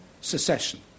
secession